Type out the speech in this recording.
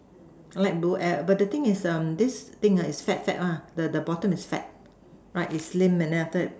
like blue air but the thing is um this thing is fat fat one the the bottom is fat right is slim and then after that